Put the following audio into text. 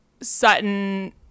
Sutton